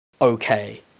okay